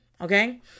Okay